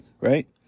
right